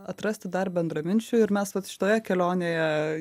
atrasti dar bendraminčių ir mes šitoje kelionėje